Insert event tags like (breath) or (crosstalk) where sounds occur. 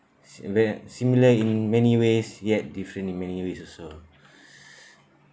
s~ we're similar in many ways yet different in many ways also (breath)